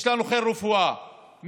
יש לנו חיל רפואה מפואר,